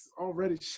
already